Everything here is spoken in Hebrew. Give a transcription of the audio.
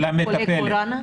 למטפלת.